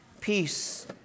peace